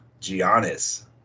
Giannis